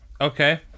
Okay